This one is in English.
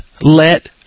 let